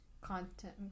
content